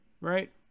right